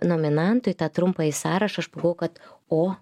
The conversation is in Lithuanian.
nominantų į tą trumpąjį sąrašą aš buvau kad o